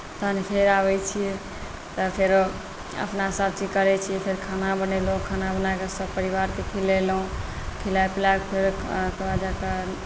तहन फेर आबैत छियै तऽ फेरो अपनासँ एथी करैत छी खाना बनेलहुँ खाना बना कऽ सभ परिवारकेँ खिलेलहुँ खिला पिला कऽ फेर तहन जा कऽ